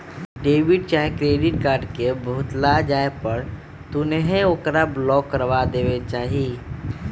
debit चाहे credit card के भुतला जाय पर तुन्ते ओकरा ब्लॉक करबा देबेके चाहि